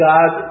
God